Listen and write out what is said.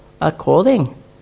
according